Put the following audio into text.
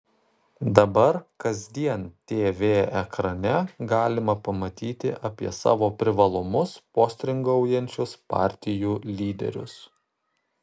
dabar kasdien tv ekrane galima pamatyti apie savo privalumus postringaujančius partijų lyderius